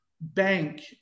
bank